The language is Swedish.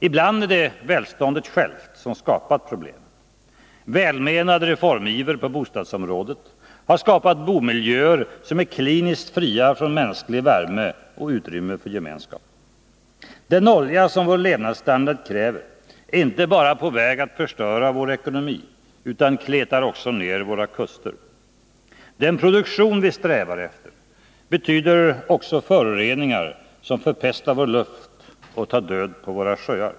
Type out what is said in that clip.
Ibland är det välståndet självt som har skapat problemen. Välmenande reformgivare på bostadsområdet har skapat bomiljöer som är kliniskt fria från mänsklig värme och utrymme för gemenskap. Den olja som vår levnadsstandard kräver är inte bara på väg att förstöra vår ekonomi utan kletar också ned våra kuster. Den produktion som vi strävar efter betyder också föroreningar som förpestar vår luft och tar död på våra sjöar.